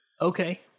Okay